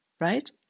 right